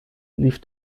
lief